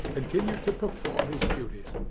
continue to perform his duties.